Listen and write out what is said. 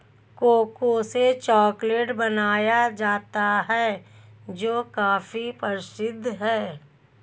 cocoa से chocolate बनाया जाता है जो काफी प्रसिद्ध है